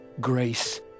grace